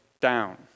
down